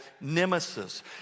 nemesis